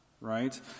right